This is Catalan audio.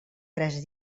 tres